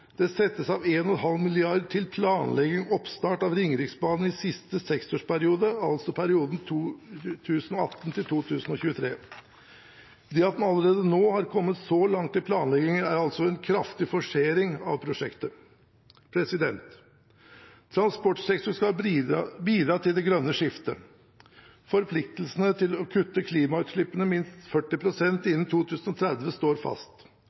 i siste seksårsperiode» – altså perioden 2018–2023. Det at en allerede nå har kommet så langt i planleggingen, er altså en kraftig forsering av prosjektet. Transportsektoren skal bidra til det grønne skiftet. Forpliktelsene til å kutte klimautslippene med minst 40 pst. innen 2030 står fast.